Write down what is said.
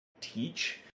teach